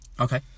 Okay